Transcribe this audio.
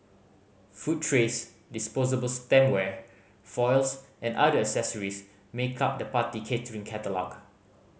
food trays disposable stemware foils and other accessories make up the party catering catalogue